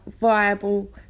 viable